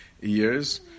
years